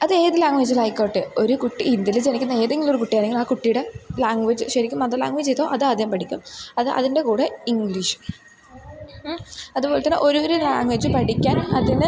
അത് ഏതു ലാംഗ്വേജിലായിക്കോട്ടെ ഒരു കുട്ടി ഇന്ത്യയിൽ ജനിക്കുന്ന ഏതെങ്കിലുമൊരു കുട്ടി അല്ലെങ്കിൽ ആ കുട്ടിയുടെ ലാംഗ്വേജ് ശരിക്കും മദർ ലാംഗ്വേജേതോ അതാദ്യം പഠിക്കും അത് അതിൻ്റെ കൂടെ ഇംഗ്ലീഷ് അതുപോലെത്തെന്ന ഒരോരു ലാംഗ്വേജ് പഠിക്കാൻ അതിന്